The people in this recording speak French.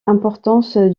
importance